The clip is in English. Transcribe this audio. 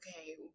okay